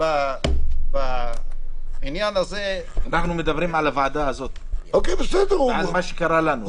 אנחנו מדברים על הוועדה הזו, על מה שקרה לנו.